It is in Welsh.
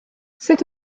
sut